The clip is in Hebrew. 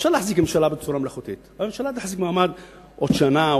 אפשר להחזיק ממשלה בצורה מלאכותית והממשלה תחזיק מעמד עוד שנה,